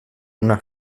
una